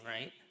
right